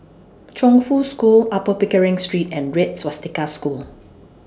Chongfu School Upper Pickering Street and Red Swastika School